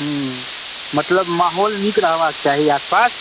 ह्म्म मतलब माहौल नीक रहबाक चाही आस पास